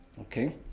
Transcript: Okay